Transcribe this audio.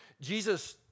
Jesus